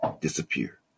disappear